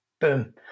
Boom